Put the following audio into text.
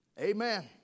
Amen